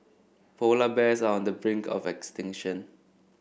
polar bears are on the brink of extinction